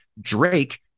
Drake